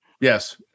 Yes